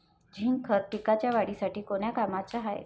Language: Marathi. झिंक खत पिकाच्या वाढीसाठी कोन्या कामाचं हाये?